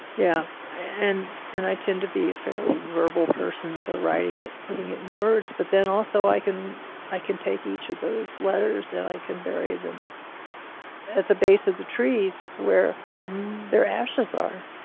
yeah. and and i tend to be a fairly verbal person, so writing it. putting it in words, but then also i can i can take each of those letters and i can vary them at the base of the trees where their ashes are,